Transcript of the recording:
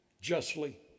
justly